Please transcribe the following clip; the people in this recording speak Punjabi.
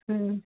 ਹੂੰ